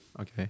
Okay